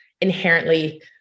inherently